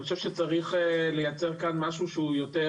אני חושב שצריך לייצר כאן משהו שהוא יותר